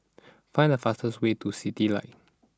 find the fastest way to Citylights